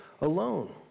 alone